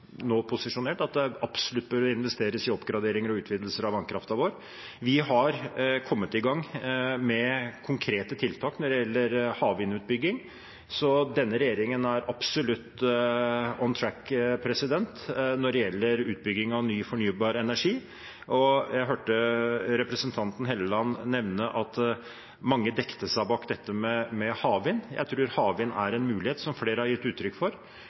posisjonert at det absolutt bør investeres i oppgraderinger og utvidelser av vannkraften vår. Vi har kommet i gang med konkrete tiltak når det gjelder havvindutbygging. Så denne regjeringen er absolutt «on track» når det gjelder utbygging av ny fornybar energi. Jeg hørte representanten Halleland nevne at mange dekket seg bak dette med havvind. Jeg tror havvind er en mulighet, som flere har gitt uttrykk for.